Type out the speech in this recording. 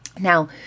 Now